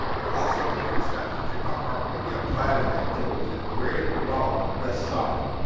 we're also taking steps to kick off our media planning activity and creative development this summer.